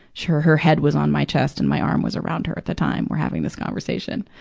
her her head was on my chest and my arm was around her at the time we're having this conversation.